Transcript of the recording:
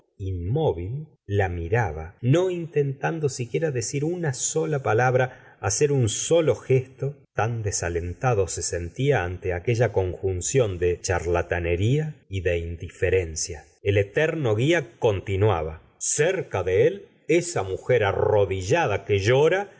inmóvil la miraba no intentando siquiera decir una sola palabra hacer un solo gesto tan desalentado se sentía ante aquella conjunción de charlatanería y de indiferencia el eterno guia continuaba ccerca de él esa mujer arrodillada que llora